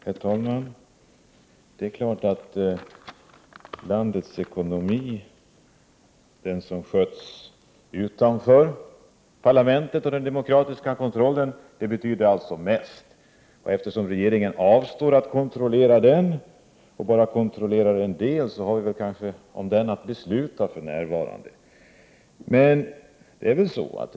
Herr talman! Det är klart att den del av landets ekonomi som sköts utanför parlamentet och den demokratiska kontrollen är den som betyder mest. Eftersom regeringen avstår från att kontrollera den utan bara kontrollerar en del av ekonomin har vi väl kanske för närvarande att besluta om den.